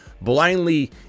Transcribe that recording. blindly